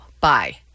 bye